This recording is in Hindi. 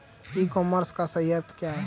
ई कॉमर्स का सही अर्थ क्या है?